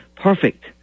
perfect